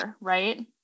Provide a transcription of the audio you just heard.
right